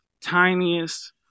tiniest